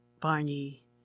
Barney